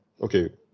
okay